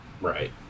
Right